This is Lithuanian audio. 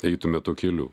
eitume tuo keliu